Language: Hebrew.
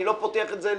אני לא פותח את זה לדיון.